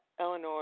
Eleanor